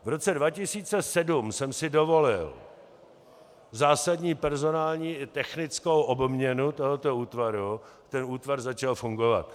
V roce 2007 jsem si dovolil zásadní personální i technickou obměnu tohoto útvaru a ten útvar začal fungovat.